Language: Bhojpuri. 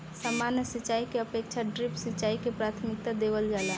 सामान्य सिंचाई के अपेक्षा ड्रिप सिंचाई के प्राथमिकता देवल जाला